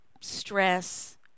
stress